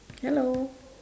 hello